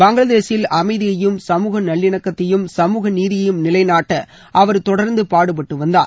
பங்களாதேஷில் அமைதியையும் சமூக நல்லிணக்கத்தையும் சமூக நீதியையும் நிலைநாட்ட அவர் தொடர்ந்து பாடுபட்டு வந்தார்